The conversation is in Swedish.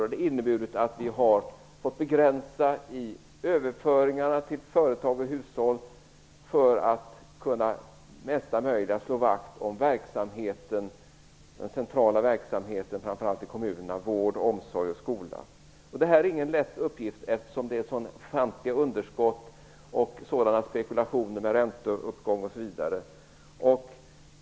Det har inneburit att vi har fått begränsa i överföringarna till företag och hushåll för att på bästa möjliga sätt kunna slå vakt om den centrala verksamheten framför allt i kommunerna: vård, omsorg och skola. Det är ingen lätt uppgift, eftersom det är så ofantliga underskott och spekulationer med ränteuppgång osv.